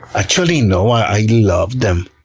actually, no. i love them!